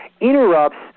interrupts